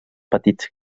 petits